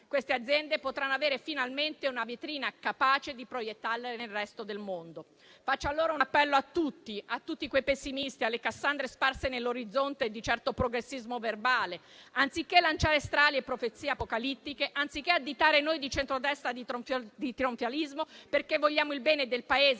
Quelle aziende potranno avere finalmente una vetrina capace di proiettarle nel resto del mondo. Faccio allora un appello a tutti, a tutti quei pessimisti, alle cassandre sparse nell'orizzonte di un certo progressismo verbale: anziché lanciare strali e profezie apocalittiche, anziché additare noi di centrodestra di trionfalismo perché vogliamo il bene del Paese